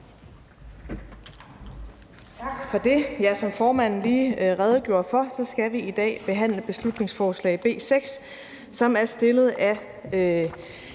Tak for det. Som formanden lige redegjorde for, skal vi i dag behandle beslutningsforslag nr. B 6, som er fremsat af